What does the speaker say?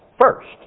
first